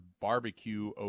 Barbecue